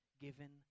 given